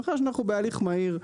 מאחר שאנחנו בהליך מהיר,